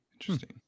Interesting